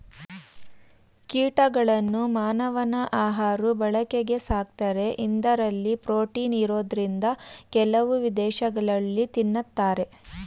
ಕೀಟಗಳನ್ನ ಮಾನವನ ಆಹಾಋ ಬಳಕೆಗೆ ಸಾಕ್ತಾರೆ ಇಂದರಲ್ಲಿ ಪ್ರೋಟೀನ್ ಇರೋದ್ರಿಂದ ಕೆಲವು ವಿದೇಶಗಳಲ್ಲಿ ತಿನ್ನತಾರೆ